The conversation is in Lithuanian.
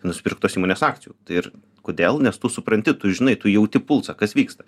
nusipirk tos įmonės akcijų ir kodėl nes tu supranti tu žinai tu jauti pulsą kas vyksta